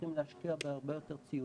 צריכים להשקיע בהרבה יותר ציוד,